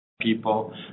people